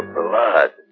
blood